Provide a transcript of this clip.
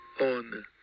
on